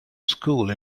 school